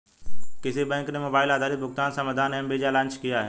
किस बैंक ने मोबाइल आधारित भुगतान समाधान एम वीज़ा लॉन्च किया है?